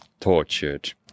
tortured